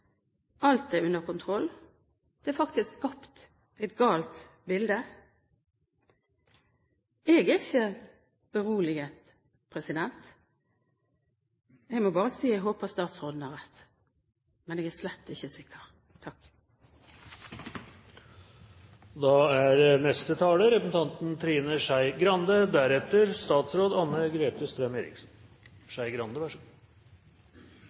Alt er under kontroll. Det er faktisk skapt «et galt bilde». Jeg er ikke beroliget. Jeg må bare si at jeg håper at statsråden har rett, men jeg er slett ikke sikker. I dag er